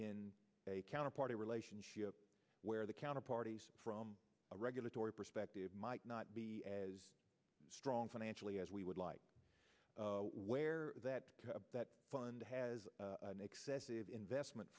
in a counterparty relationship where the counter parties from a regulatory perspective might not be as strong financially as we would like where that fund has an excessive investment